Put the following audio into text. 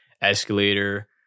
escalator